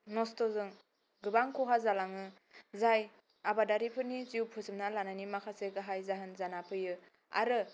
नस्थ' जों गोबां खहा जालाङो जाय आबादारिफोरनि जिउ फोजोबना लानायनि माखासे गाहाय जाहोन जाना फैयो आरो